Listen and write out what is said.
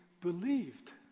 believed